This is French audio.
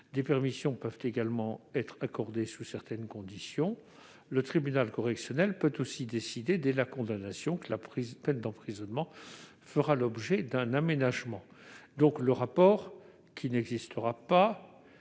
Des permissions de sortie peuvent également être accordées sous certaines conditions. Le tribunal correctionnel peut aussi décider, dès la condamnation, que la peine d'emprisonnement fera l'objet d'un aménagement. Ce rapport, qui n'existera pas